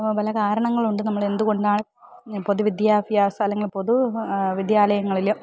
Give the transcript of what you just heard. പല കാരണങ്ങളുണ്ട് നമ്മൾ എന്തുകൊണ്ടാാണ് പൊതു വിദ്യാഭ്യാസം അല്ലെങ്കിൽ പൊതു വിദ്യാലയങ്ങളിൽ